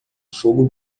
fogo